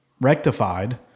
rectified